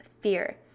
fear